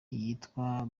yitwa